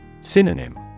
Synonym